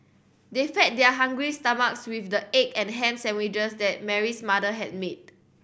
they fed their hungry stomachs with the egg and ham sandwiches that Mary's mother had made